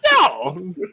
No